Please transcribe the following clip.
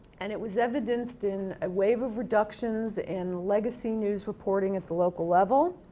and, it was evidenced in a wave of reductions in legacy news reporting at the local level,